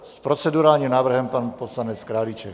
S procedurálním návrhem pan poslanec Králíček.